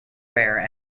rare